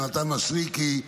יונתן מישרקי,